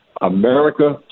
America